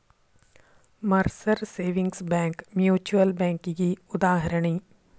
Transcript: Mercer savings bank mutual ಬ್ಯಾಂಕಿಗಿ ಉದಾಹರಣಿ